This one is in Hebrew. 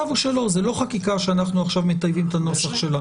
זה לא חקיקה שאנחנו עכשיו מטייבים את הנוסח שלה